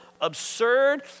absurd